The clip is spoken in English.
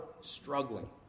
struggling